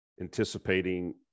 anticipating